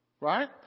Right